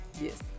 Yes